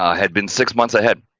ah had been six months ahead.